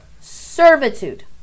servitude